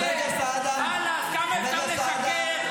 חאלס, כמה אפשר לשקר.